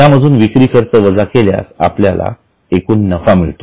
यामधून विक्री खर्च वजा केल्यास आपल्याला एकूण नफा मिळतो